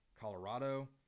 Colorado